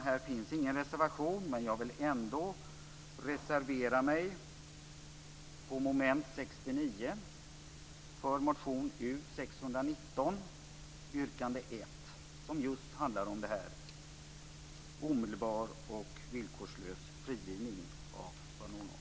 Här finns ingen reservation, men jag vill ändå när det gäller mom. 69 reservera mig för motion U619, yrkande 1, som just handlar om omedelbar och villkorslös frigivning av Vanunu.